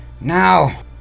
Now